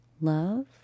Love